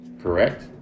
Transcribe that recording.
Correct